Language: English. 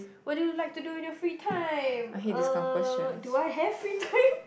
what do you like to do on your free time uh do I have free time